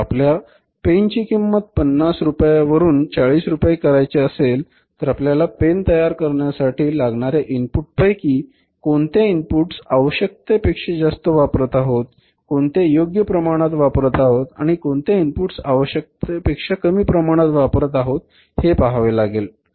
जर आपल्या पेन ची किंमत पन्नास रुपये वरून चाळीस रुपये करायचे असेल तर आपल्याला पेन तयार करण्यासाठी लागणाऱ्या इनपुट पैकी कोणत्या इनपुट्स आवश्यकतेपेक्षा जास्त वापरत आहोत कोणत्या योग्य प्रमाणात वापरत आहोत आणि कोणत्या इनपुट्स आवश्यकतेपेक्षा कमी प्रमाणात वापरत आहोत हे पहावे लागेल